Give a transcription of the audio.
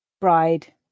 Bride